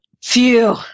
Phew